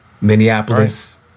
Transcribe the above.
Minneapolis